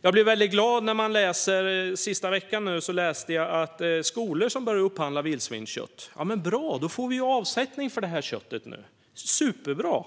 Jag blev väldigt glad när jag nu i veckan läste att skolor har börjat upphandla vildsvinskött. Bra, då får vi ju avsättning för det här köttet! Superbra!